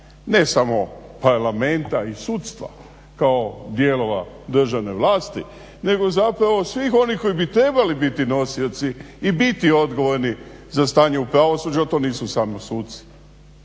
ne samo parlamenta i sudstva kao dijelova državne vlasti nego zapravo svih onih koji bi trebali biti nosioci i biti odgovorni za stanje u pravosuđu a to nisu samo suci.